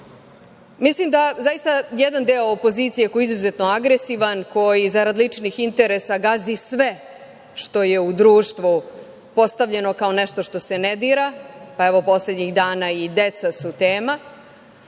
Mislim da zaista jedan deo opozicije koji je izuzetno agresivan, koji zarad ličnih interesa gazi sve što je u društvu postavljeno kao nešto što se ne dira, pa evo poslednjih dana i deca su tema,